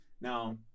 now